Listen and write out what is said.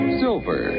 silver